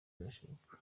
birashoboka